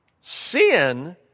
Sin